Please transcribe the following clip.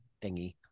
thingy